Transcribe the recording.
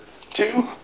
two